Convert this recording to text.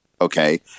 okay